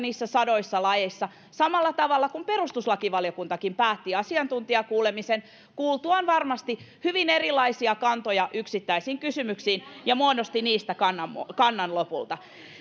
sadoissa laeissa samalla tavalla kuin perustuslakivaliokuntakin päätti asiantuntijakuulemisen kuultuaan varmasti hyvin erilaisia kantoja yksittäisiin kysymyksiin ja muodosti niistä lopulta kannan